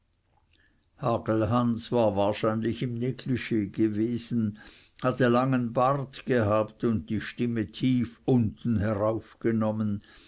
war wahrscheinlich im nglig gewesen hatte langen bart gehabt und die stimme tief unten herauf